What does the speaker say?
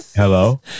Hello